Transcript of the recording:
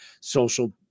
social